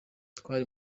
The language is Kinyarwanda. twari